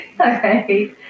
okay